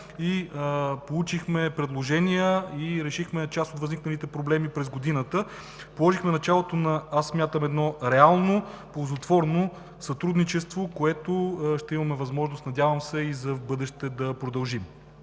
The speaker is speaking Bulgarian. получихме предложения и решихме част от тези възникнали проблеми през годината. Аз смятам, че положихме началото на едно реално, ползотворно сътрудничество, което ще имаме възможност, надявам се, и в бъдеще да продължим.